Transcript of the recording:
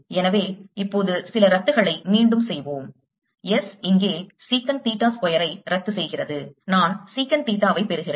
எனவே இப்போது சில ரத்துகளை மீண்டும் செய்வோம் S இங்கே sec தீட்டா ஸ்கொயரை ரத்து செய்கிறது நான் sec தீட்டாவை பெறுகிறேன்